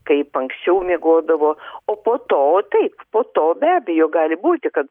kaip anksčiau miegodavo o po to taip po to be abejo gali būti kad